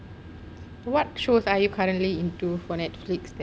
what shows are you currently into for netflix